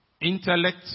Intellect